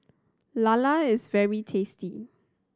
lala is very tasty